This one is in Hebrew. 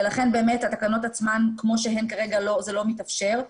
לכן באמת התקנות עצמן כמו שהן כרגע, זה לא מתאפשר.